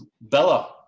bella